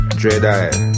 dread-eye